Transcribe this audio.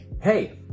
hey